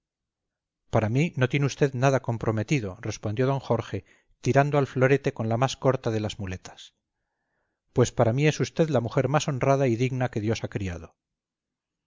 para mí no tiene usted nada comprometido respondió d jorge tirando al florete con la más corta de las muletas para mí es usted la mujer más honrada y digna que dios ha criado